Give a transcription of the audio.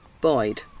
Boyd